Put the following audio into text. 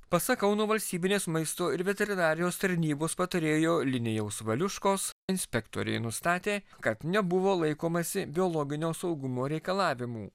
pasak kauno valstybinės maisto ir veterinarijos tarnybos patarėjo linijaus valiuškos inspektoriai nustatė kad nebuvo laikomasi biologinio saugumo reikalavimų